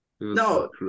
No